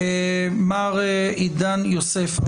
מר עידן יוסף,